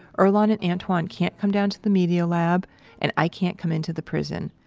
earlonne and antwan can't come down to the media lab and i can't come into the prison.